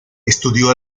estudió